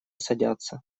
садятся